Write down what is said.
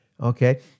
okay